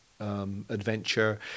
adventure